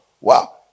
wow